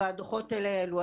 והדוחות האלה הועלו.